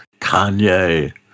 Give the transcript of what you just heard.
Kanye